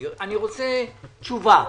אני רוצה תשובה.